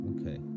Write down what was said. Okay